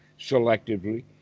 selectively